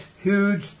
huge